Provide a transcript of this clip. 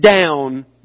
down